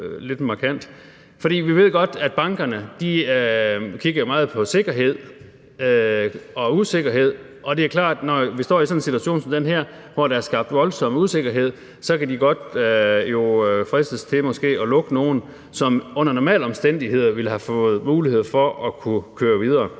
vi ved godt, at bankerne kigger meget på sikkerhed og usikkerhed, og det er klart, at når vi står i sådan en situation som den her, hvor der er skabt voldsom usikkerhed, så kan de godt fristes til måske at lukke nogle virksomheder , som under normale omstændigheder ville have fået mulighed for at kunne køre videre.